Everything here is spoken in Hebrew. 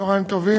צהריים טובים.